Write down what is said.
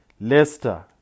Leicester